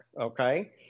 Okay